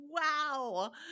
wow